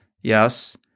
Yes